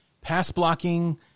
pass-blocking